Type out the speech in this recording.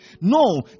No